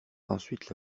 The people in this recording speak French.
ensuite